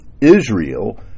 Israel